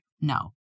no